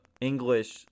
English